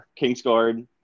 Kingsguard